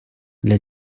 для